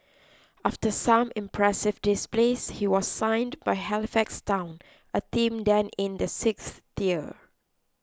after some impressive displays he was signed by Halifax town a team then in the sixth tier